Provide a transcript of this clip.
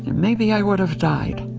maybe i would have died.